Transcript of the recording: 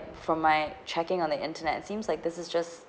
from my checking on the internet seems like this is just